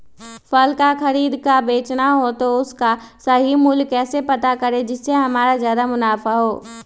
फल का खरीद का बेचना हो तो उसका सही मूल्य कैसे पता करें जिससे हमारा ज्याद मुनाफा हो?